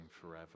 forever